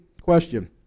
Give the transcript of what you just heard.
question